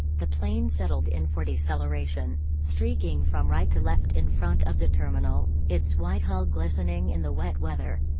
the plane settled in for deceleration, streaking from right to left in front of the terminal, its white hull glistening in the wet weather.